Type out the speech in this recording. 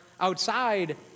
outside